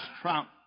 trump